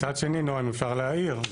מצד שני נעה, אם אפשר להעיר.